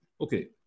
Okay